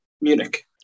Munich